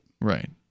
Right